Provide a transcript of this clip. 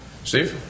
Steve